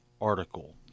article